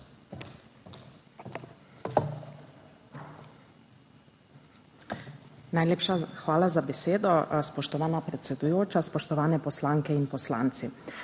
Najlepša hvala za besedo, spoštovana predsedujoča. Spoštovane poslanke in poslanci!